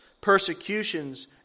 persecutions